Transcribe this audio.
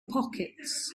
pockets